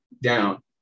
down